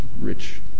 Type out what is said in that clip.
rich